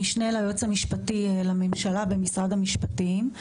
המשנה ליועץ המשפטי לממשלה במשרד המשפטים.